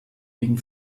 wegen